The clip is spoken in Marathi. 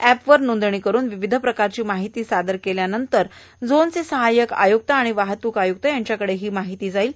एपवर नोंदणी करून विविध प्रकारची माहिती सादर केल्यानंतर झोनचे सहायक आयुक्त आणि वाहतूक आयुक्त यांच्याकडे ही माहिती जाईल